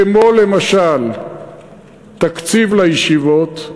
כמו למשל תקציב לישיבות,